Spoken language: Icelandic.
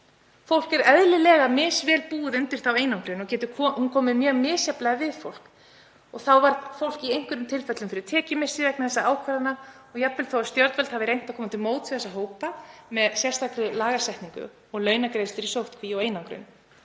Fólk er eðlilega misvel búið undir þá einangrun og hún getur komið mjög misjafnlega við fólk. Þá varð fólk í einhverjum tilfellum fyrir tekjumissi vegna ákvarðana og jafnvel þótt stjórnvöld hafi reynt að koma til móts við þessa hópa með sérstakri lagasetningu og launagreiðslum í sóttkví og einangrun